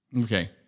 Okay